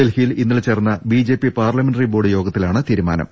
ഡൽഹിയിൽ ഇന്നലെ ചേർന്ന ബിജെപി പാർലമെന്ററി ബോർഡ് യോഗത്തിലാണ് തീരുമാനം